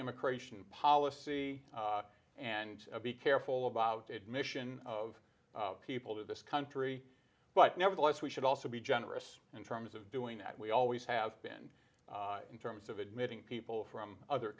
immigration policy and be careful about admission of people to this country but nevertheless we should also be generous in terms of doing that we always have been in terms of admitting people from other